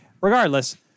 Regardless